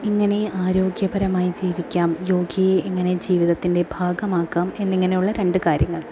എങ്ങനെ ആരോഗ്യകരമായി ജീവിക്കാം യോഗയെ എങ്ങനെ ജീവിതത്തിൻ്റെ ഭാഗമാക്കാം എന്നിങ്ങനെയുള്ള രണ്ട് കാര്യങ്ങൾ